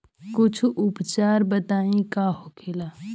कुछ उपचार बताई का होखे?